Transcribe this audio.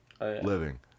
Living